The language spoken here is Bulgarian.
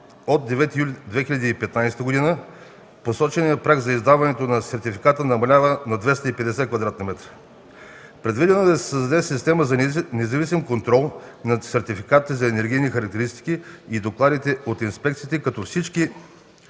от 9 юли 2015 г. посоченият праг за издаване на сертификат намалява на 250 м2. Предвидено е да се създаде система за независим контрол на сертификатите за енергийни характеристики и докладите от инспекциите, като всички